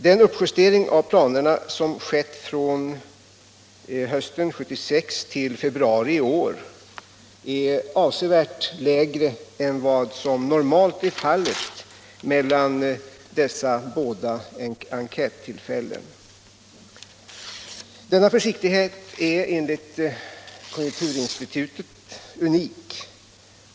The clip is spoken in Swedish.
Den uppjustering av planerna som skett från hösten 1976 till februari i år är avsevärt lägre än vad som normalt är fallet mellan dessa båda enkättillfällen. Denna försiktighet är enligt konjunkturinstitutet unik.